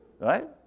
Right